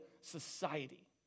society